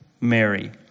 Mary